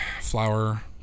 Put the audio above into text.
flour